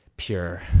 Pure